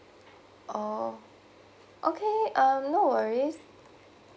oh okay uh no worries